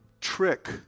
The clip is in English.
trick